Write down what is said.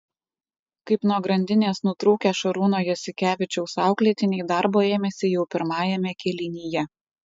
kaip nuo grandinės nutrūkę šarūno jasikevičiaus auklėtiniai darbo ėmėsi jau pirmajame kėlinyje